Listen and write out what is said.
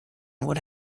would